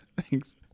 Thanks